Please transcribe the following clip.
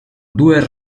due